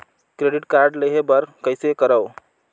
Credit card लेहे बर कइसे करव?